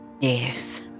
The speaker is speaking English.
Yes